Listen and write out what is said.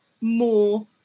more